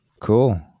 Cool